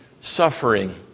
suffering